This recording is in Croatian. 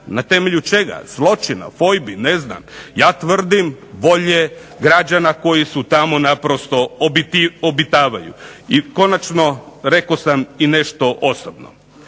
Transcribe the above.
na temelju čega, zločina, fojbi, ne znam. Ja tvrdim bolje građana koji su tamo naprosto obitavaju. I konačno, rekao sam i nešto osobno.